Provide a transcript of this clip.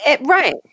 Right